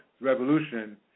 revolution